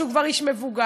שהוא כבר איש מבוגר,